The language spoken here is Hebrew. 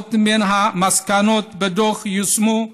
שרבות מן המסקנות בדוח יושמו,